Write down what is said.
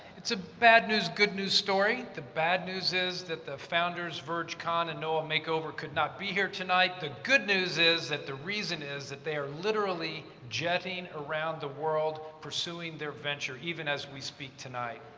it's a bad news good news story. the bad news is that the founders, viirj kan and noa machover could not be here tonight. the good news is that the reason is that they are literally jetting around the world pursuing their venture, even as we speak tonight.